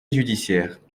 judiciaires